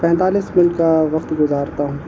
پینتالیس منٹ کا وقت گزارتا ہوں